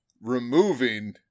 removing